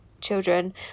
children